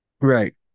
Right